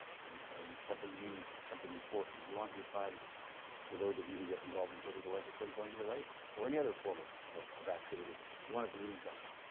and and something meaningful, something important. you want your time for those of you who get involved in political life at some point in your life or any other form of of activity you want it to mean something,